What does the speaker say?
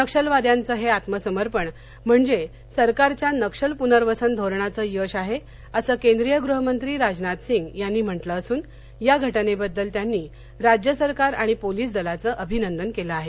नक्षलवाद्यांचं हे आत्मसमर्पण म्हणजे सरकारच्या नक्षल पुनर्वसन धोरणाचं यश आहे असं केंद्रीय गृहमंत्री राजनाथ सिंघ यांनी म्हंटलं असून या घटनेबद्दल त्यांनी राज्य सरकार आणि पोलीस दलाचं अभिनंदन केलं आहे